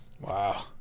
wow